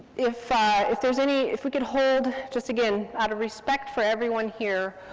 if ah if there's any, if we could hold, just again, out of respect for everyone here,